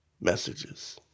messages